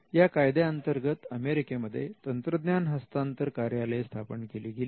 या कायद्याअंतर्गत अमेरिकेमध्ये तंत्रज्ञान हस्तांतर कार्यालय स्थापन केली गेली